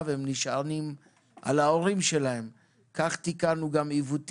והאם יש שיח כי התחלנו את זה בשנה הקודמת